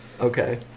Okay